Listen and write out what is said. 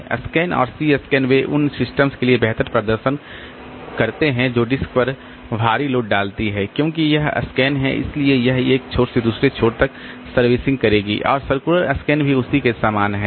SCAN और C SCAN वे उन सिस्टम्स के लिए बेहतर प्रदर्शन करते हैं जो डिस्क पर भारी लोड डालती हैं क्योंकि यह SCAN है इसलिए यह एक छोर से दूसरे छोर तक सर्विसिंग करेगी और सर्कुलर SCAN भी उसी के समान होगा